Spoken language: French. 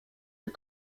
les